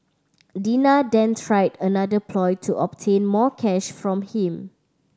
Dina then tried another ploy to obtain more cash from him